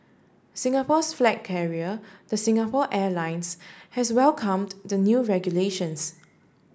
Singapore's flag carrier the Singapore Airlines has welcomed the new regulations